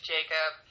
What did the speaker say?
Jacob